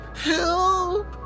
help